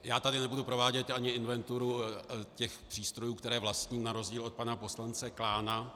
Já tady nebudu provádět ani inventuru těch přístrojů, které vlastním, na rozdíl od pana poslance Klána.